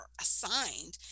assigned